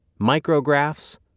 micrographs